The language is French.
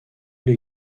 les